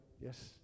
yes